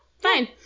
fine